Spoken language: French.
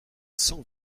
sans